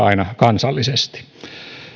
aina soveltaa kansallisesti